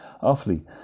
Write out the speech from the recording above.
Awfully